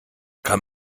kann